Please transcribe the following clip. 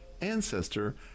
ancestor